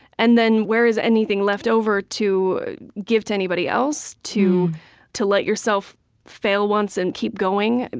and then, where is anything left over to give to anybody else, to to let yourself fail once and keep going?